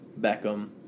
Beckham